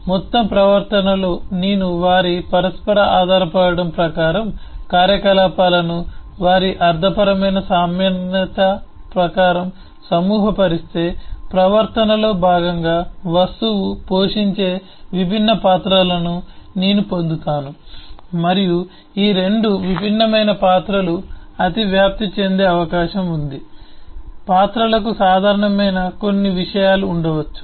కాబట్టి మొత్తం ప్రవర్తనలో నేను వారి పరస్పర ఆధారపడటం ప్రకారం కార్యకలాపాలను వారి అర్థపరమైన సామాన్యత ప్రకారం సమూహపరిస్తే ప్రవర్తనలో భాగంగా వస్తువు పోషించే విభిన్న పాత్రలను నేను పొందుతాను మరియు ఈ 2 విభిన్నమైన పాత్రలు అతివ్యాప్తి చెందే అవకాశం ఉంది పాత్రలకు సాధారణమైన కొన్ని విషయాలు ఉండవచ్చు